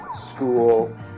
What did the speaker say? school